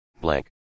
blank